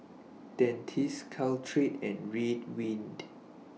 Dentiste Caltrate and Ridwind